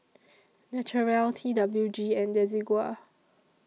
Naturel T W G and Desigual